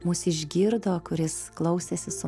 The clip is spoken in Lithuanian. mus išgirdo kuris klausėsi su